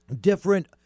different